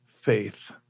faith